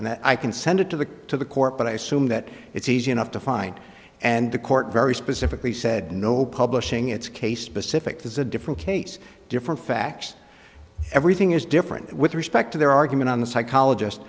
and that i can send it to the to the court but i assume that it's easy enough to find and the court very specifically said no publishing its case specific this is a different case different facts everything is different with respect to their argument on the psychologist